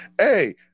Hey